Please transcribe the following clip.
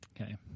Okay